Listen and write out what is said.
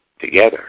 Together